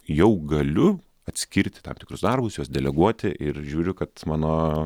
jau galiu atskirti tam tikrus darbus juos deleguoti ir žiūriu kad mano